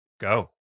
Go